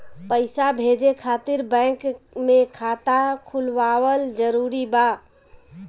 पईसा भेजे खातिर बैंक मे खाता खुलवाअल जरूरी बा?